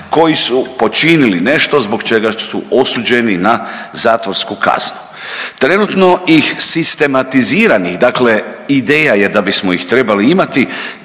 koji su počinili nešto zbog čega su osuđeni na zatvorsku kaznu. Trenutno ih sistematiziranih, dakle ideja je da bismo ih trebali imati